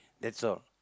that's all